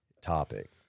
topic